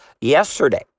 yesterday